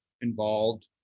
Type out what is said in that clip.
involved